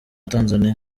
tanzania